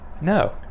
No